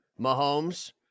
Mahomes